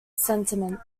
sentiment